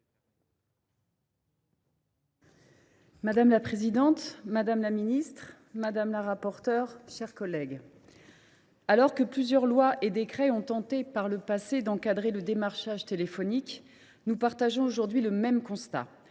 Madame la présidente, madame la secrétaire d’État, mes chers collègues, alors que plusieurs lois et décrets ont tenté, par le passé, d’encadrer le démarchage téléphonique, nous partageons aujourd’hui le même constat